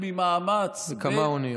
כמה אוניות.